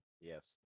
yes